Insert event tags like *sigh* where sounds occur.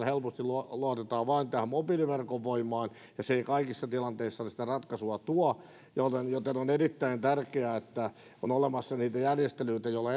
*unintelligible* helposti luotetaan vain tähän mobiiliverkon voimaan se ei kaikissa tilanteissa sitä ratkaisua tuo joten on erittäin tärkeää että on olemassa niitä järjestelyitä joilla *unintelligible*